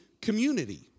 community